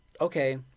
Okay